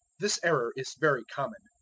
this error is very common.